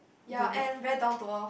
ya and very down to earth